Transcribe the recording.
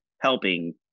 helping